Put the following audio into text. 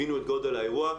הבינו את גודל האירוע.